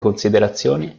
considerazioni